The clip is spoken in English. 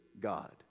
God